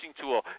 tool